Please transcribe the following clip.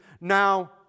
now